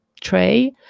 tray